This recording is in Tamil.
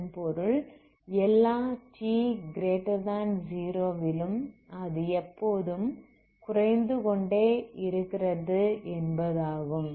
இதன் பொருள் எல்லா t0 விலும் அது எப்போதும் குறைந்து கொண்டே இருக்கிறது என்பதாகும்